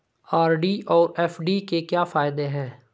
RD और FD के क्या फायदे हैं?